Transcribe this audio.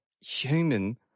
human